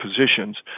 positions